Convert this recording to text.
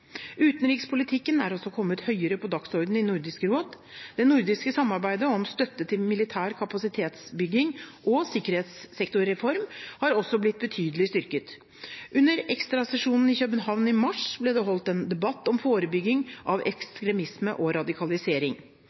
Utenrikspolitikken er også kommet høyere på dagsordenen i Nordisk råd. Det nordiske samarbeidet om støtte til militær kapasitetsbygging og sikkerhetssektorreform har også blitt betydelig styrket. Under ekstrasesjonen i København i mars ble det avholdt en debatt om forebygging av ekstremisme og radikalisering.